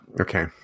Okay